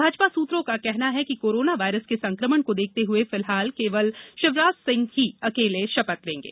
भाजपा सुत्रों का कहना कोरोना वायरस के संक्रमण को देखते हए फिलहाल केवल शिवराज सिंह अकेले ही शपथ लेंगे